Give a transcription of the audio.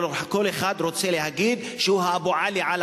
כל אחד רוצה להגיד שהוא "אבו עלי" על